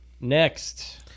Next